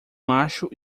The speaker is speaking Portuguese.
macho